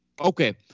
Okay